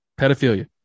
Pedophilia